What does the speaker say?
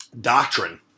Doctrine